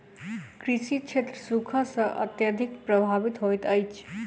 कृषि क्षेत्र सूखा सॅ अत्यधिक प्रभावित होइत अछि